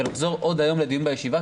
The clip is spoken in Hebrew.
ולחזור עוד היום לדיון בישיבה,